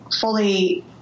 fully